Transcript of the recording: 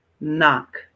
knock